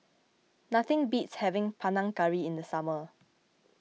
nothing beats having Panang Curry in the summer